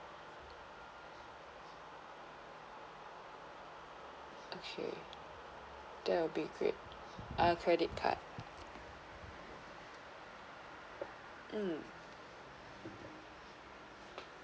okay that will be great uh credit card um